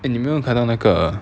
eh 你没用看到那个